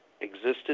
existed